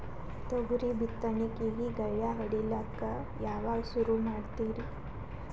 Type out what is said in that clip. ತೊಗರಿ ಬಿತ್ತಣಿಕಿಗಿ ಗಳ್ಯಾ ಹೋಡಿಲಕ್ಕ ಯಾವಾಗ ಸುರು ಮಾಡತೀರಿ?